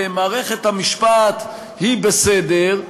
מערכת המשפט היא בסדר,